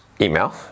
email